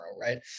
right